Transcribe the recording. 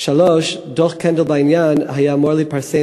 3. דוח קנדל בעניין היה אמור להתפרסם